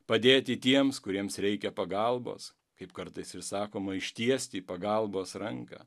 padėti tiems kuriems reikia pagalbos kaip kartais ir sakoma ištiesti pagalbos ranką